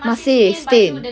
masih stain